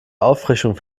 auffrischung